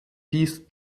dies